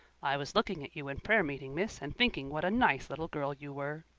i was looking at you in prayer-meeting, miss, and thinking what a nice little girl you were.